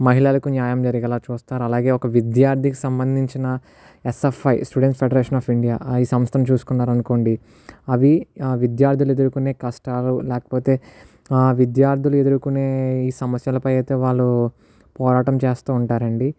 మహిళలకు న్యాయం జరిగేలాగా చూస్తారు అలాగే ఒక విద్యార్థికి సంబంధించిన SFI student federation of India ఈ సంస్థను చూసుకున్నారనుకోండి అవి ఆ విద్యార్థులు ఎదుర్కొనే కష్టాలు లేకపోతే ఆ విద్యార్థులు ఎదుర్కొనే ఈ సమస్యలపై అయితే వాళ్ళు పోరాటం చేస్తా ఉంటారండి